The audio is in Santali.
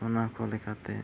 ᱚᱱᱟᱠᱚ ᱞᱮᱠᱟᱛᱮ